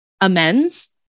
amends